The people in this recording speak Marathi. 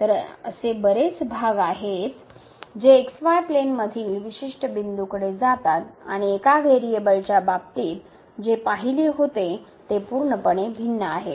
तर असे बरेच भाग आहेत जे xy प्लेनमधील विशिष्ट बिंदूकडे जातात आणि एका व्हेरिएबलच्या बाबतीत जे पाहिले होते ते पूर्णपणे भिन्न आहे